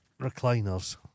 recliners